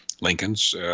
Lincolns